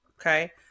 Okay